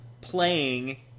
playing